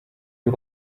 you